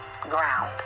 ground